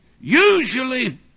Usually